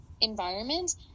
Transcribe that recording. environment